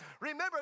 Remember